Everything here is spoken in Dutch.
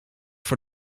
voor